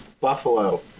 Buffalo